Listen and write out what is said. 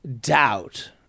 doubt